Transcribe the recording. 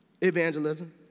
evangelism